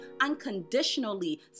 unconditionally